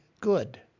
good